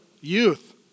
youth